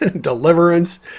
deliverance